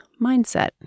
mindset